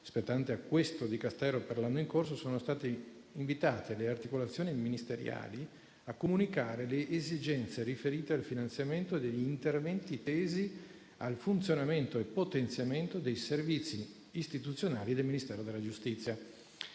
spettante a questo Dicastero per l'anno in corso, sono state invitate le articolazioni ministeriali a comunicare le esigenze riferite al finanziamento degli interventi tesi al funzionamento e potenziamento dei servizi istituzionali del Ministero della giustizia,